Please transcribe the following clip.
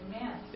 Amen